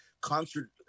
concert